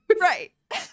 Right